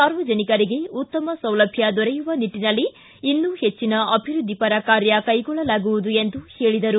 ಸಾರ್ವಜನಿಕರಿಗೆ ಉತ್ತಮ ಸೌಲಭ್ಯ ದೊರೆಯುವ ನಿಟ್ಟನಲ್ಲಿ ಇನ್ನೂ ಹೆಚ್ಚನ ಅಭಿವೃದ್ಧಿಪರ ಕಾರ್ಯ ಕೈಗೊಳ್ಳಲಾಗುವುದು ಎಂದು ಹೇಳಿದರು